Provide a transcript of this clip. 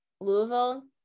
Louisville